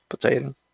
Potato